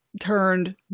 turned